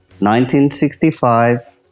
1965